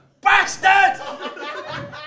Bastard